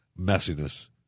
messiness